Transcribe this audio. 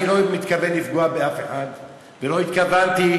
אני לא מתכוון לפגוע באף אחד ולא התכוונתי,